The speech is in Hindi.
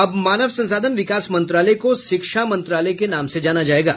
अब मानव संसाधन विकास मंत्रालय को शिक्षा मंत्रालय के नाम से जाना जायेगा